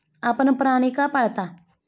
आपण प्राणी का पाळता?